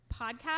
podcast